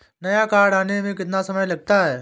नया कार्ड आने में कितना समय लगता है?